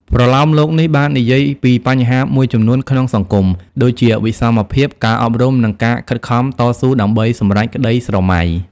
ប្រលោមលោកនេះបាននិយាយពីបញ្ហាមួយចំនួនក្នុងសង្គម ដូចជាវិសមភាព ការអប់រំ និងការខិតខំតស៊ូដើម្បីសម្រេចក្ដីស្រមៃ។